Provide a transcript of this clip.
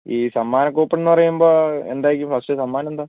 ഈ സമ്മാന കൂപ്പൺ എന്ന് പറയുമ്പോൾ എന്താ ഈ ഫസ്റ്റ് സമ്മാനം എന്താ